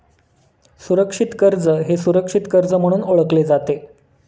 सुरक्षित कर्ज हे सुरक्षित कर्ज म्हणून ओळखले जाते